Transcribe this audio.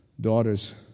daughters